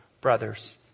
brothers